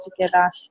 together